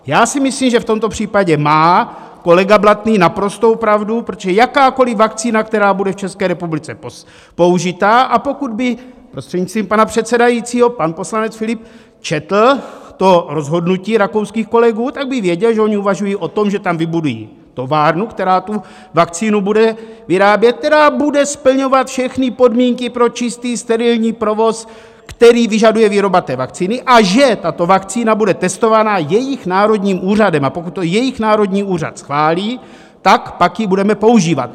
Já si myslím, že v tomto případě má kolega Blatný naprostou pravdu, protože jakákoliv vakcína, která bude v České republice použita, a pokud by, prostřednictvím pana předsedajícího, pan poslanec Filip četl to rozhodnutí rakouských kolegů, tak by věděl, že oni uvažují o tom, že tam vybudují továrnu, která vakcínu bude vyrábět, která bude splňovat všechny podmínky pro čistý, sterilní provoz, který vyžaduje výroba té vakcíny, a že tato vakcína bude testována jejich národním úřadem, a pokud to jejich národní úřad schválí, tak pak ji budeme používat.